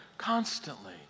constantly